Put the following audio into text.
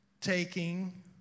taking